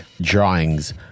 drawings